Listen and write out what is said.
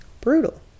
brutal